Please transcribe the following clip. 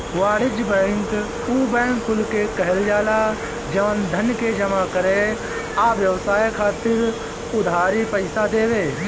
वाणिज्यिक बैंक उ बैंक कुल के कहल जाला जवन धन के जमा करे आ व्यवसाय खातिर उधारी पईसा देवे